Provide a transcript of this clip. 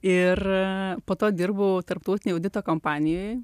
ir po to dirbau tarptautinėj audito kompanijoj